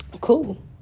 Cool